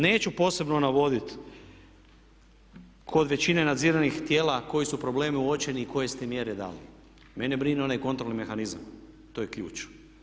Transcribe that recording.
Neću posebno navoditi kod većine nadziranih tijela koji su problemi uočeni i koje ste mjere dali, mene brine onaj kontrolni mehanizam, to je ključ.